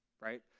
right